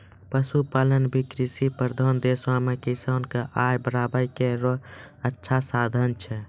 पशुपालन भी कृषि प्रधान देशो म किसान क आय बढ़ाय केरो अच्छा साधन छै